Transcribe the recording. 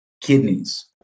kidneys